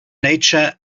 nature